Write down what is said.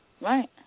Right